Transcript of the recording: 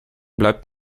bleibt